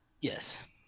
Yes